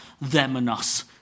them-and-us